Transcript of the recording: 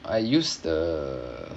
I use the